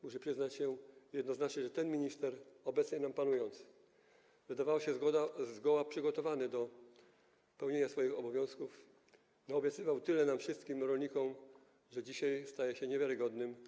Muszę przyznać jednoznacznie, że ten minister, obecnie nam panujący, wydawało się, że zgoła przygotowany do pełnienia swoich obowiązków, tyle naobiecywał nam, wszystkim rolnikom, że dzisiaj staje się niewiarygodny.